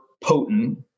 potent